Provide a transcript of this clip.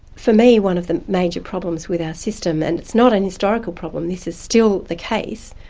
for me one of the major problems with our system, and it's not an historical problem, this is still the case,